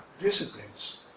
disciplines